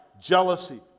jealousy